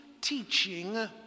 teaching